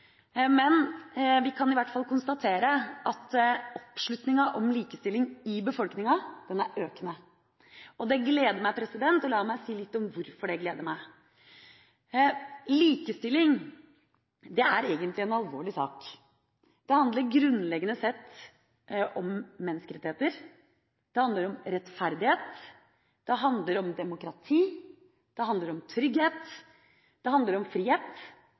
Men vi kan i hvert fall konstatere at oppslutninga om likestilling i befolkninga er økende. Det gleder meg, og la meg si litt om hvorfor det gleder meg. Likestilling er egentlig en alvorlig sak. Det handler grunnleggende sett om menneskerettigheter, det handler om rettferdighet, det handler om demokrati, det handler om trygghet, det handler om frihet,